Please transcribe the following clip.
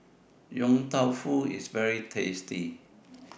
Yong Tau Foo IS very tasty